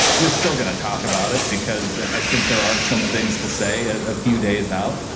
we're still going to talk about it because i think there are some things to say a few days out.